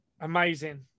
Amazing